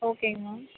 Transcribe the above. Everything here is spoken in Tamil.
ஓகேங்க மேம்